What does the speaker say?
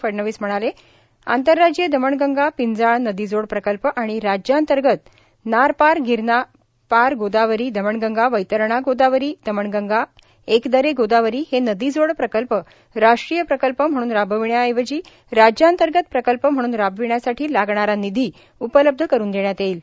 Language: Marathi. फडणवीस म्हणाले आंतरराज्यीय दमणगंगा पिंजाळ नदीजोड प्रकल्प आणि राज्यांतर्गत नार पार गिरना पार गोदावरी दमणगंगा वैतरणा गोदावरी दमणगंगा एकदरे गोदावरी हे नदीजोड प्रकल्प राष्ट्रीय प्रकल्प म्हणून राबविण्याऐवजी राज्यांतर्गत प्रकल्प म्हणून राबविण्यासाठी लागणारा निधी उपलब्ध करुन देण्यात येईल